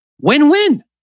win-win